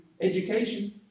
education